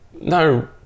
no